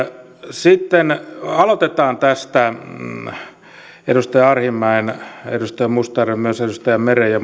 sitten aloitetaan edustaja arhinmäen edustaja mustajärven myös edustaja meren ja